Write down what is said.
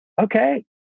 Okay